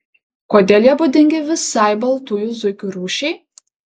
kodėl jie būdingi visai baltųjų zuikių rūšiai